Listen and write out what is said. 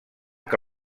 que